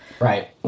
Right